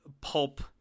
pulp